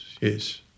yes